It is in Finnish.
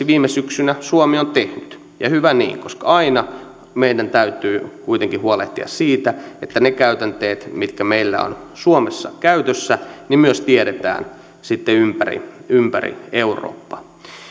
viime syksynä suomi on tehnyt ja hyvä niin koska aina meidän täytyy kuitenkin huolehtia siitä että ne käytänteet mitkä meillä ovat suomessa käytössä myös tiedetään ympäri ympäri eurooppaa